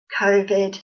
COVID